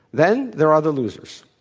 then there are the losers.